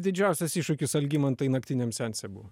didžiausias iššūkis algimantai naktiniam seanse buvo